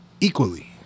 equally